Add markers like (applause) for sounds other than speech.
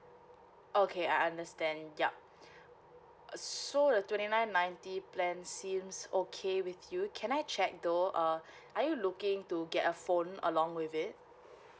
okay I understand yup (breath) so the twenty nine ninety plan seems okay with you can I check though uh (breath) are you looking to get a phone along with it